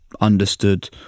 understood